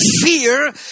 fear